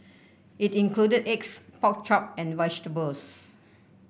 it included eggs pork chop and vegetables